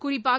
குறிப்பாக